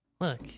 look